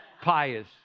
pious